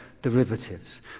derivatives